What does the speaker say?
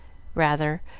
rather,